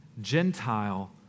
Gentile